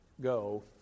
go